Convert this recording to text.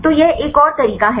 तो यह एक और तरीका है